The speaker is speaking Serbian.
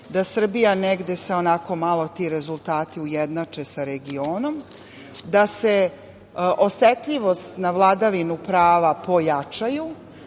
da Srbija se negde onako malo ti rezultati ujednače sa regionom, da se osetljivost na vladavinu prava pojačaju